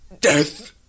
Death